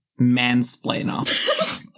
Mansplainer